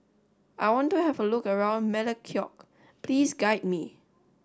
I want to have a look around Melekeok please guide me